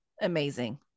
amazing